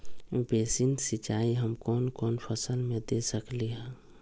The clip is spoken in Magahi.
बेसिन सिंचाई हम कौन कौन फसल में दे सकली हां?